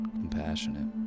compassionate